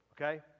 okay